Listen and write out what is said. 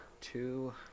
two